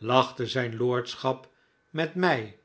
lachte zijn lordschap met mij